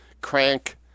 crank